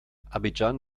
abidjan